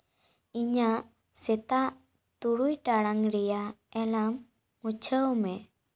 ᱤᱧᱟᱹᱜ ᱥᱮᱛᱟᱜ ᱛᱩᱨᱩᱭ ᱴᱟᱲᱟᱝ ᱨᱮᱭᱟᱜ ᱮᱞᱟᱢ ᱢᱩᱪᱷᱟᱹᱣ ᱢᱮ